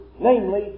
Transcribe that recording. Namely